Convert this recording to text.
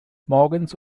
morgens